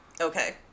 Okay